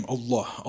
Allah